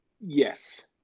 yes